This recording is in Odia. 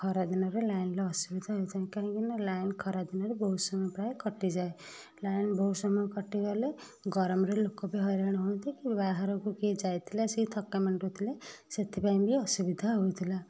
ଖରାଦିନରେ ଲାଇନର ଅସୁବିଧା ହୋଇଥାଏ କାହିଁକିନା ଲାଇନ ଖରାଦିନରେ ବହୁତ ସମୟ ପ୍ରାୟେ କଟିଯାଏ ଲାଇନ ବହୁତ ସମୟ କଟିଗଲେ ଗରମରେ ଲୋକ ବି ହଇରାଣ ହୁଅନ୍ତି କି ବାହାରକୁ କିଏ ଯାଇଥିଲେ ଆସିକି ଥକା ମେଣ୍ଟଉଥିଲେ ସେଥିପାଇଁ ବି ଅସୁବିଧା ହଉଥିଲା